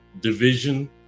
division